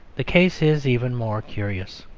the case is even more curious.